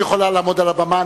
את יכולה לעמוד על הבמה,